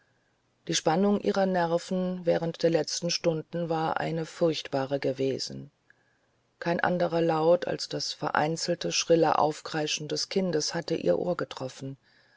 die spannung ihrer nerven während der letzten stunden war eine furchtbare gewesen kein anderer laut als das vereinzelte schrille aufkreischen des kindes hatte ihr ohr getroffen